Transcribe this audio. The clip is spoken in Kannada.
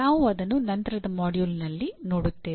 ನಾವು ಅದನ್ನು ನಂತರದ ಮಾಡ್ಯೂಲ್ನಲ್ಲಿ ನೋಡುತ್ತೇವೆ